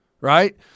right